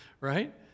right